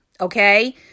okay